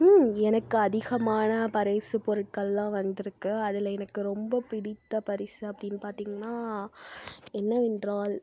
ம் எனக்கு அதிகமான பரிசுப்பொருட்கள்லாம் வந்திருக்கு அதில் எனக்கு ரொம்ப பிடித்த பரிசு அப்படின்னு பார்த்தீங்கன்னா என்னவென்றால்